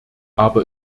aber